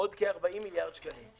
עוד כ-40 מיליארד שקלים.